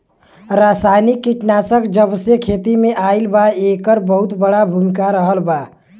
रासायनिक कीटनाशक जबसे खेती में आईल बा येकर बहुत बड़ा भूमिका रहलबा